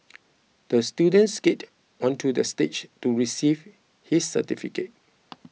the student skated onto the stage to receive his certificate